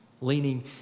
leaning